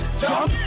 jump